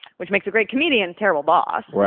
which makes a great comedian terrible boss.